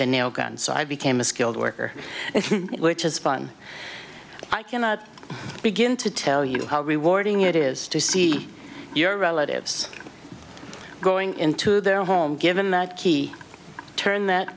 the nailgun so i became a skilled worker which is fine i cannot begin to tell you how rewarding it is to see your relatives going into their home given that key turn